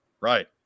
Right